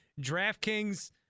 DraftKings